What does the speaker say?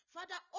Father